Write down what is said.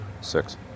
Six